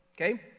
okay